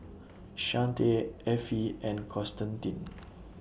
Shante Effie and Constantine